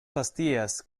pastillas